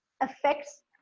affects